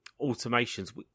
automations